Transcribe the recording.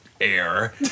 air